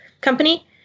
company